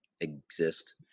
exist